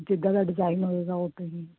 ਜਿੱਦਾਂ ਦਾ ਡਿਜ਼ਾਇਨ ਹੋਏਗਾ ਉੱਦਾਂ ਹੀ